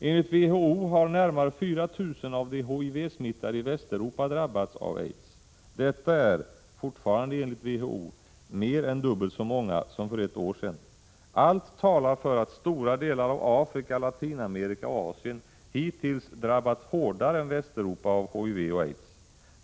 Enligt WHO har närmare 4 000 av de HIV-smittade i Västeuropa drabbats av aids. Detta är — fortfarande enligt WHO — mer än dubbelt så många som för ett år sedan. Allt talar för att stora delar av Afrika, Latinamerika och Asien hittills drabbats hårdare än Västeuropa av HIV och aids.